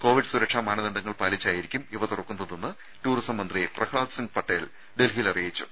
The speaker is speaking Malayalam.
കോവിഡ് സുരക്ഷാ മാനദണ്ഡങ്ങൾ പാലിച്ചായിരിക്കും ഇവ തുറക്കുന്നതെന്ന് ടൂറിസം മന്ത്രി പ്രഹ്നാദ് സിംഗ് പട്ടേൽ ഡൽഹിയിൽ അറിയിച്ചു